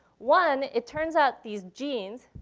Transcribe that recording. one, it turns out these genes,